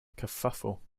kerfuffle